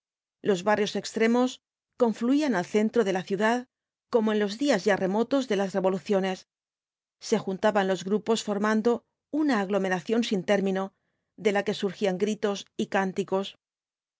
los barrios extremos confluían al centro de la ciudad como en los días ya remotos de las revoluciones se juntaban los grupos formando una aglomeración sin término de la que surgían gritos y cánticos